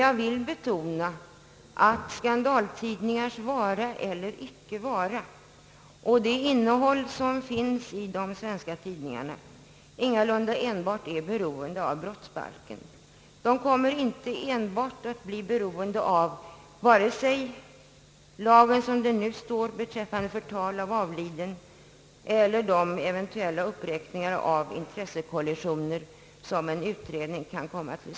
Jag vill betona att skandaltidningars vara eller icke vara och det innehåll de har ingalunda enbart är beroende av brottsbalken. Sådana skandaltidningar kommer inte att bli beroende enbart av lagen, sådan den nu är utformad beträffande förtal av avliden, eller av de eventuella uppräkningar om intressekollisioner som en utredning kan komma fram till.